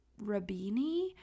Rabini